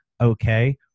Okay